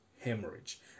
hemorrhage